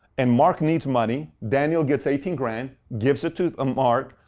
and mark needs money. daniel gets eighteen grand, gives it to mark.